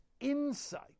insight